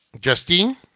Justine